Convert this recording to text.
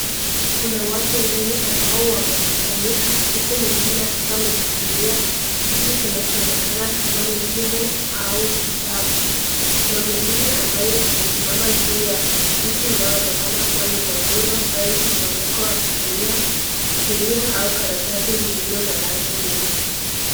Kuna watu wengi ambao wamekusanyika, huku mwingine akiwa ameshikilia kitu kinachoonekana kama ni simu au kitabu. Kuna mwingine ambaye amesimama juu ya vitu inayoonekana kuwa ni mavuno ambayo zimeanikwa wakitumia gunia au karatasi lilo na rangi mingi.